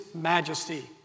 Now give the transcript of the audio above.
majesty